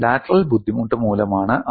lateral ബുദ്ധിമുട്ട് മൂലമാണ് അത്